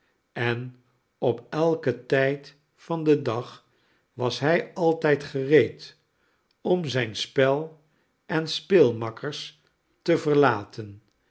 en op elken tijd van den dag was hij altijd gereed om zijn spel en speelmakkers te verlaten